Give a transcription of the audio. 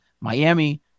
Miami